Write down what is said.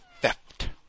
theft